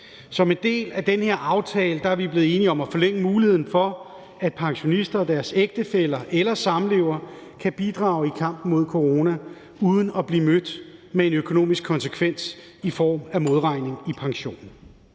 Som en del af den aftale er vi blevet enige om at forlænge muligheden for, at pensionister og deres ægtefæller eller samlevere kan bidrage i kampen mod corona uden at blive mødt med en økonomisk konsekvens i form af modregning i pensionen.